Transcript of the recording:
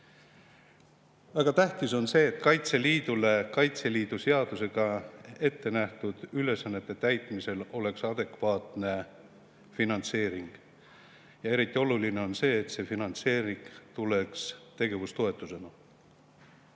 Väga tähtis on see, et Kaitseliidul oleks Kaitseliidu seaduses ettenähtud ülesannete täitmiseks adekvaatne finantseering. Eriti oluline on, et finantseering tuleks tegevustoetusena.